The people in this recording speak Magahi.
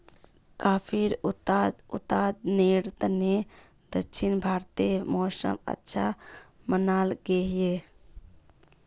काफिर उत्पादनेर तने दक्षिण भारतेर मौसम अच्छा मनाल गहिये